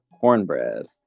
cornbread